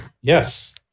Yes